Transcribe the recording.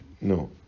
no